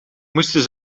moesten